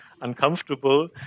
uncomfortable